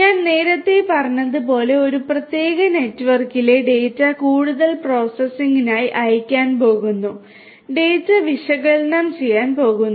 ഞാൻ നേരത്തെ പറഞ്ഞതുപോലെ ഒരു പ്രത്യേക നെറ്റ്വർക്കിലെ ഡാറ്റ കൂടുതൽ പ്രോസസ്സിംഗിനായി അയയ്ക്കാൻ പോകുന്നു ഡാറ്റ വിശകലനം ചെയ്യാൻ പോകുന്നു